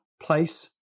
place